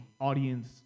audience